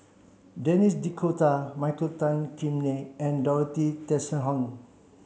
Denis D'Cotta Michael Tan Kim Nei and Dorothy Tessensohn